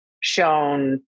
shown